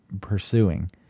pursuing